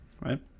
Right